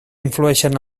influeixen